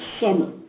summer